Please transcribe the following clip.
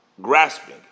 grasping